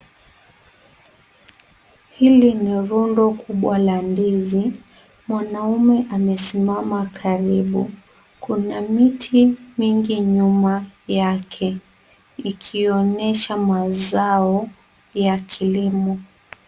Hili ni rundo kubwa la ndizi, mwanaume amesimama karibu, kuna miti mingi nyuma yake ikionyesha mazao ya kilimo.